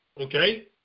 okay